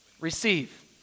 receive